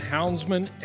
Houndsman